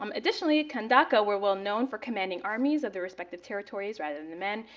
um additionally, kandake ah were well known for commanding armies of the respective territories rather than the men,